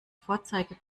vorzeige